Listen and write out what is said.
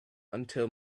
until